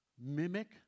Mimic